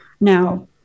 Now